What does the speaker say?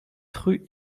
rue